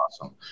awesome